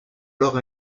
alors